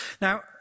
Now